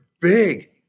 big